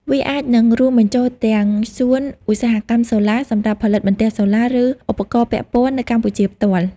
វាអាចនឹងរួមបញ្ចូលទាំង សួនឧស្សាហកម្មសូឡា សម្រាប់ផលិតបន្ទះសូឡា ឬឧបករណ៍ពាក់ព័ន្ធនៅកម្ពុជាផ្ទាល់។